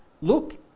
Look